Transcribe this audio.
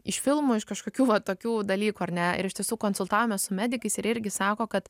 iš filmų iš kažkokių va tokių dalykų ar ne ir iš tiesų konsultavomės su medikais ir irgi sako kad